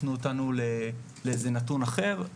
הפנו אותנו לאיזה נתון אחר,